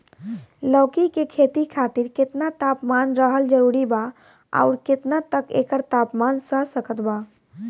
लौकी के खेती खातिर केतना तापमान रहल जरूरी बा आउर केतना तक एकर तापमान सह सकत बा?